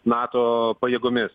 nato pajėgomis